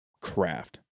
craft